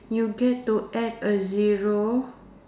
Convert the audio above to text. you get to act a zero